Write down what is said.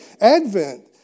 Advent